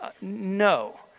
No